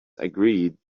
agreed